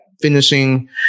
Finishing